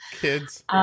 Kids